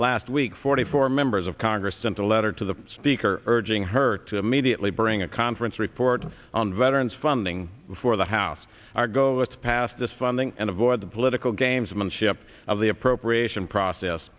last week forty four members of congress sent a letter to the speaker urging her to immediately bring a conference report on veterans funding before the house argo it's passed this funding and avoid the political gamesmanship of the appropriation process